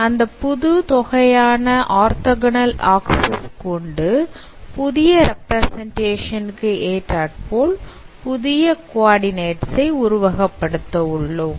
அந்த புது தொகையான ஆர்தொகோனல் ஆக்சிஸ் கொண்டு புதிய ரப்பிரசெண்டேஷன் க்கு ஏற்றாற்போல் புதிய குவடிநெட் உருவகப்படுத்த உள்ளோம்